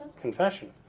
Confession